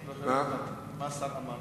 מה השר אמר?